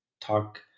talk